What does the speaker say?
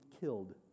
killed